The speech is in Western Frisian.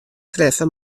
treffe